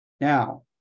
Now